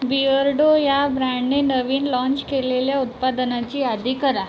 Beardo या ब्रँडने नवीन लाँच केलेल्या उत्पादनांची यादी करा